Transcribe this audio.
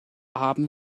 haben